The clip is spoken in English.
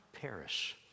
perish